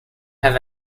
have